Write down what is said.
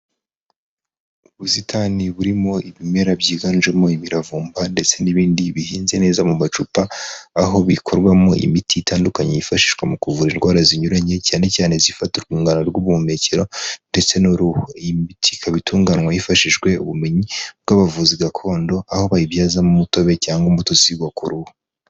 Ubusitani burimo ibimera byiganjemo imiravumba ndetse n'ibindi bihinze neza mu macupa aho bikorwamo imiti itandukanye yifashishwa mu kuvura indwara zinyuranye, cyane cyane izifata urwungano rw'ubuhumekero ndetse n'uruhu, iyi miti ika itunganywa hifashishijwe ubumenyi bw'abavuzi gakondo aho bayibyazamo umutobe cyangwa umuti usigwa ku ruhu.